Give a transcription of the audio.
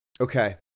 okay